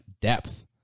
depth